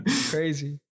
Crazy